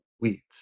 weeds